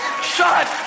Shut